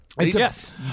Yes